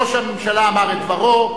ראש הממשלה אמר את דברו,